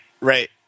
Right